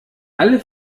alle